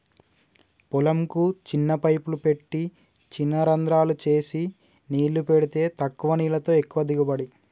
పొలం కు చిన్న పైపులు పెట్టి చిన రంద్రాలు చేసి నీళ్లు పెడితే తక్కువ నీళ్లతో ఎక్కువ దిగుబడి